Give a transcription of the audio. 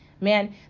Man